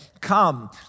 come